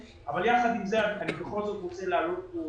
יחד עם זאת אני בכל זאת רוצה להעלות כאן